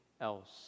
else